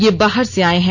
ये बाहर से आए हैं